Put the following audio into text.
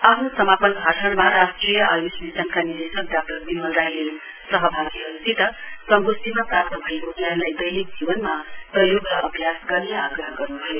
आफ्नो समापन भाषणमा राष्ट्रिय आयूष निशनका निदेशक डाक्टर बिमल राईले सहभागीहरूसित संगोष्टिमा प्राप्त भएको ज्ञानलाई दैनिक जीवनमा प्रयोग र अभ्यास गर्ने आग्रह गर्नभयो